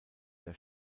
der